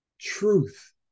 truth